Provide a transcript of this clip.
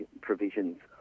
provisions